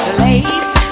place